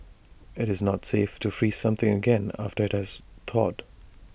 IT is not safe to freeze something again after IT has thawed